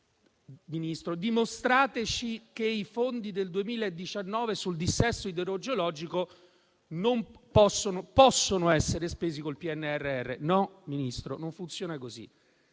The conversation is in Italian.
Ministro, di dimostrare che i fondi del 2019 sul dissesto idrogeologico possono essere spesi con il PNRR. No, Ministro, non funziona così.